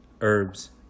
herbs